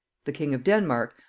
the king of denmark,